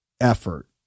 effort